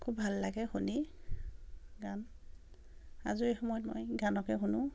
খুব ভাল লাগে শুনি গান আজৰি সময়ত মই গানকে শুনো